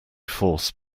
force